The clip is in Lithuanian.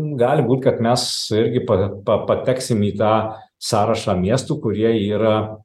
gali būt kad mes irgi pa pa pateksim į tą sąrašą miestų kurie yra